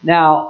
Now